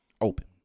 open